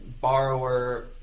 borrower